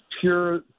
pure